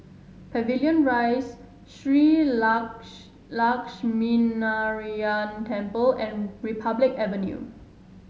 Pavilion Rise Shree Lakshminarayanan Temple and Republic Avenue